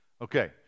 Okay